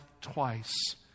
twice